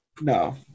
No